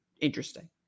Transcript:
interesting